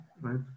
right